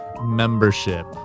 membership